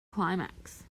climax